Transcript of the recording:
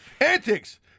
Antics